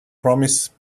promise